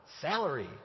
salary